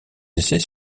essais